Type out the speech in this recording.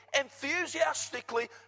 enthusiastically